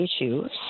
issues